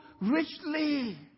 richly